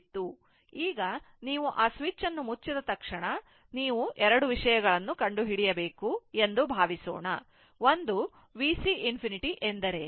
ಈಗ ನೀವು ಆ ಸ್ವಿಚ್ ಅನ್ನು ಮುಚ್ಚಿದ ತಕ್ಷಣ ಮತ್ತು ನೀವು 2 ವಿಷಯಗಳನ್ನು ಕಂಡುಹಿಡಿಯಬೇಕು ಎಂದು ಭಾವಿಸೋಣ ಒಂದು VC ∞ ಎಂದರೇನು